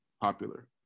popular